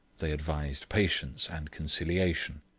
they advised patience and conciliation.